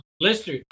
blister